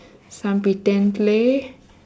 some pretend play